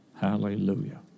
Hallelujah